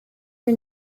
are